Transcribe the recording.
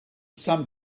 some